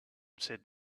said